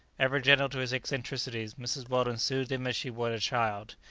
ever gentle to his eccentricities, mrs. weldon soothed him as she would a child,